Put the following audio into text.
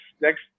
next